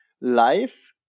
life